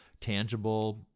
tangible